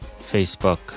Facebook